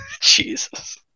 Jesus